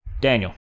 daniel